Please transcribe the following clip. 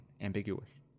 ambiguous